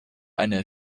eine